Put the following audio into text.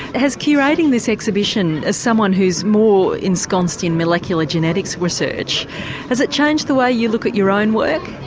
has curating this exhibition as someone who is more ensconced in molecular genetics research has it changed the way you look at your own work?